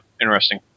Interesting